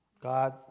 God